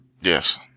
Yes